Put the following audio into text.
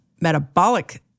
metabolic